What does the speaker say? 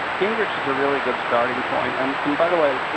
gingrich is a really good starting point, and and by the way,